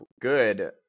good